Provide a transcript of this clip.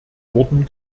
wurden